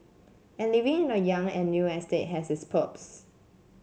and living in a young and new estate has its perks